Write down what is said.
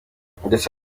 ndetse